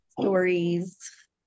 stories